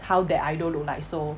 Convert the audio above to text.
how that idol look like so